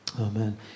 Amen